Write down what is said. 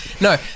no